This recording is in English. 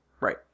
right